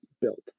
built